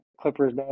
Clippers